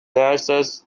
access